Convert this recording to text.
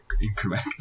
incorrect